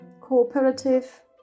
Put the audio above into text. cooperative